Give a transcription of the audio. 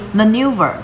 maneuver